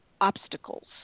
obstacles